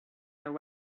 their